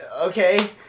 okay